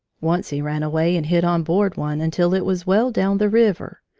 once he ran away and hid on board one until it was well down the river.